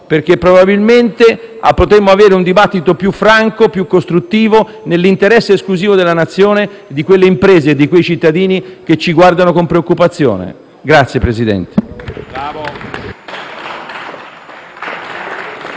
perché probabilmente potremmo avere un dibattito più franco e più costruttivo nell'interesse esclusivo della Nazione, di quelle imprese e di quei cittadini che ci guardano con preoccupazione. *(Applausi